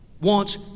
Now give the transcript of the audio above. wants